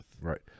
Right